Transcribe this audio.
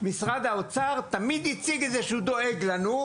משרד האוצר תמיד הציג את זה שהוא דואג לנו,